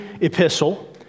epistle